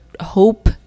hope